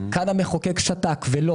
כאן המחוקק שתק ולא